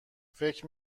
فکر